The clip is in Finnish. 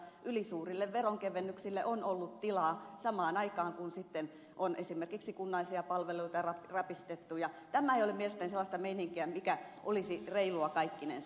ylisuurille veronkevennyksille on ollut tilaa samaan aikaan kun sitten on esimerkiksi kunnallisia palveluita rapistettu ja tämä ei ole mielestäni sellaista meininkiä mikä olisi reilua kaikkinensa